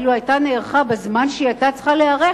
אילו נערכה בזמן שהיתה צריכה להיערך,